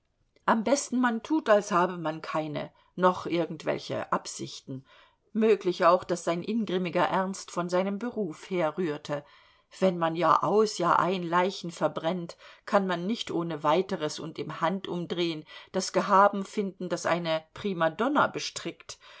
am besten man tut als habe man keine noch irgendwelche absichten möglich auch daß sein ingrimmiger ernst von seinem beruf herrührte wenn man jahraus jahrein leichen verbrennt kann man nicht ohne weiteres und im handumdreh'n das gehaben finden das eine primadonna bestrickt